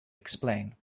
explain